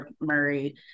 Murray